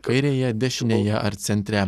kairėje dešinėje ar centre